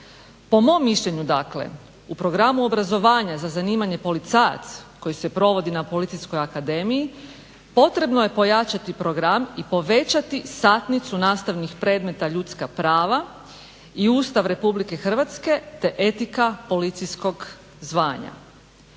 Po mom mišljenju u programu obrazovanja za zanimanje policajac koji se provodi na Policijskoj akademiji potrebno je pojačati program i povećati satnicu nastavnih predmeta ljudska prava i Ustav RH te etika policijskog zvanja.